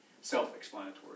self-explanatory